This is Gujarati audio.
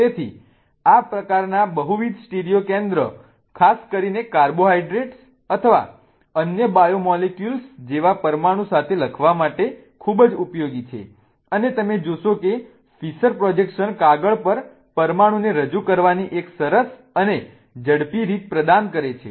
તેથી આ પ્રકારના બહુવિધ સ્ટીરિયો કેન્દ્રો ખાસ કરીને કાર્બોહાઇડ્રેટ્સ અથવા અન્ય બાયોમોલેક્યુલ્સ જેવા પરમાણુઓ સાથે લખવા માટે ખૂબ જ ઉપયોગી છે અને તમે જોશો કે ફિશર પ્રોજેક્શન કાગળ પર પરમાણુને રજૂ કરવાની એક સરસ અને ઝડપી રીત પ્રદાન કરે છે